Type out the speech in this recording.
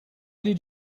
did